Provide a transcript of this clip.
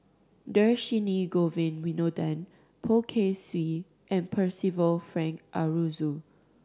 Dhershini Govin Winodan Poh Kay Swee and Percival Frank Aroozoo